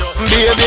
Baby